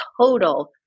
total